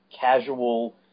casual